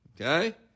okay